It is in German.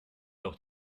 doch